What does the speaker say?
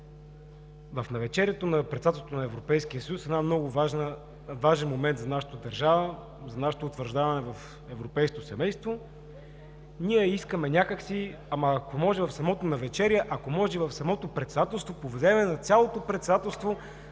в навечерието на председателството на Европейския съюз – един много важен момент за нашата държава и за нашето утвърждаване в европейското семейство, ние искаме някак си, ама ако може в самото навечерие, ако може в самото председателство, а и по време на цялото председателство,